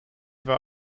war